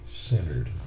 centered